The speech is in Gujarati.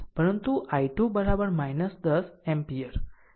પરંતુ I2 10 એમ્પીયર જેણે સમજાવી છે